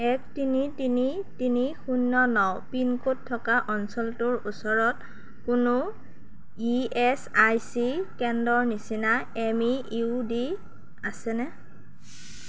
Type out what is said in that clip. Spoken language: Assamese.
এক তিনি তিনি তিনি শূন্য ন পিনক'ড থকা অঞ্চলটোৰ ওচৰত কোনো ই এচ আই চি কেন্দ্ৰৰ নিচিনা এম ই ইউ ডি আছেনে